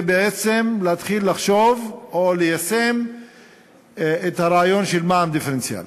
זה בעצם להתחיל לחשוב או ליישם את הרעיון של מע"מ דיפרנציאלי.